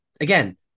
again